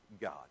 God